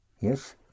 yes